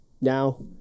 now